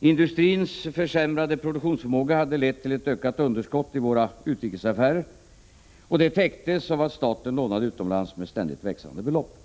Industrins försämrade produktionsförmåga hade lett till ett ökat underskott i våra utrikesaffärer. Det täcktes av att staten lånade utomlands med ständigt växande belopp.